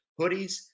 Hoodies